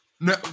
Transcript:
No